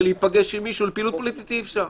ולהיפגש עם מישהו לפעילות פוליטית אי אפשר.